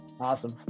Awesome